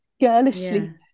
girlishly